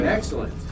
Excellent